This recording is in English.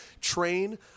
Train